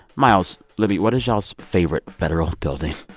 miles, libby, what is y'all's favorite federal building?